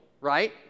right